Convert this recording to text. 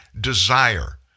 desire